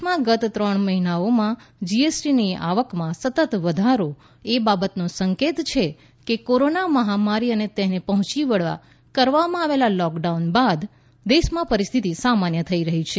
દેશમાં ગત ત્રણ મહિનાઓમાં જીએસટીની આવકમાં સતત વધારો એ બાબતનો સંકેત છે કે કોરોના મહામારી અને તેને પહોંચી વળવા કરવામાં આવેલા લોકડાઉન બાદ દેશમાં પરિસ્થિતિ સામાન્ય થઈ રહી છે